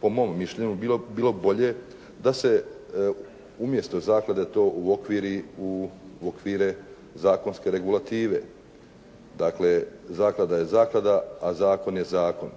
po mom mišljenju bilo bolje da se umjesto zaklade to uokviri i u okvire zakonske regulative. Dakle, zaklada je zaklada, a zakon je zakon.